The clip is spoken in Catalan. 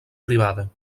privada